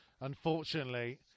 Unfortunately